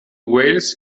wales